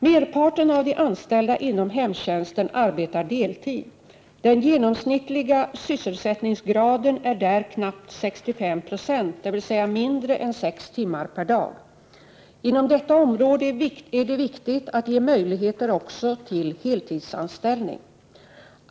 Merparten av de anställda inom hemtjänsten arbetar deltid. Den genomsnittliga sysselsättningsgraden är där knappt 65 26, dvs. mindre än sex timmar per dag. Inom detta område är det viktigt att ge möjligheter också till heltidsanställning.